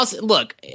look